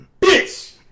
Bitch